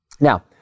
Now